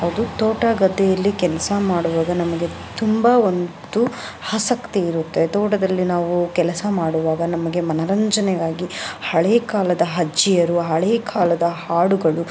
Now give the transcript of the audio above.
ಹೌದು ತೋಟ ಗದ್ದೆಯಲ್ಲಿ ಕೆಲಸ ಮಾಡುವಾಗ ನಮಗೆ ತುಂಬ ಒಂದು ಆಸಕ್ತಿ ಇರುತ್ತೆ ತೋಟದಲ್ಲಿ ನಾವು ಕೆಲಸ ಮಾಡುವಾಗ ನಮಗೆ ಮನರಂಜನೆಗಾಗಿ ಹಳೆ ಕಾಲದ ಅಜ್ಜಿಯರು ಹಳೆ ಕಾಲದ ಹಾಡುಗಳು